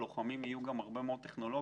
הלוחמים יהיו במידה רבה מאוד גם טכנולוגים.